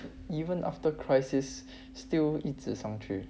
even after crisis still 一直上去